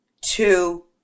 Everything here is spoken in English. Two